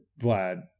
Vlad